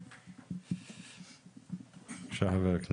כן.